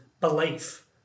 belief